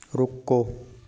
ਰੁਕੋ